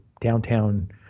downtown